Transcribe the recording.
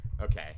Okay